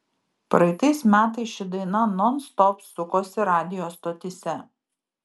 praeitais metais ši daina nonstop sukosi radijo stotyse